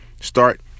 Start